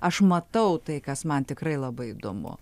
aš matau tai kas man tikrai labai įdomu